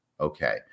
Okay